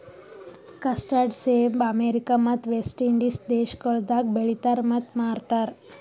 custard ಸೇಬ America ಮತ್ತ West Indies ದೇಶಗೊಳ್ದಾಗ್ ಬೆಳಿತಾರ್ ಮತ್ತ ಮಾರ್ತಾರ್